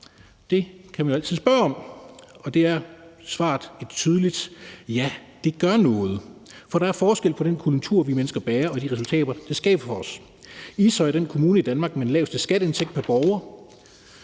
Det kan man jo altid spørge om. Og svaret er et tydeligt: Ja, det gør noget, for der er forskel på den kultur, vi mennesker bærer, og de resultater, det skaber for os. Ishøj er den kommune i Danmark med den laveste skatteindtægt pr. borger,